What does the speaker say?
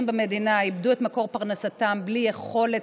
במדינה איבדו את מקור פרנסתם בלי יכולת,